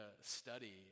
study